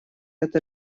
это